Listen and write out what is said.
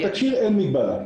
בתקשי"ר אין מגבלה.